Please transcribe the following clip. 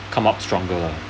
come out stronger lah